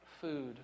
food